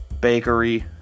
bakery